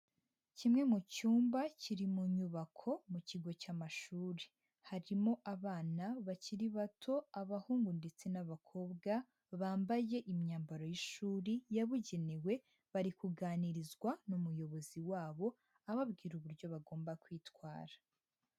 Kimwe mu cyumba kiri mu nyubako mu kigo cy'amashuri. Harimo abana bakiri bato, abahungu ndetse n'abakobwa bambaye imyambaro y'ishuri yabugenewe, bari kuganirizwa n'umuyobozi wabo ababwira uburyo bagomba kwitwara.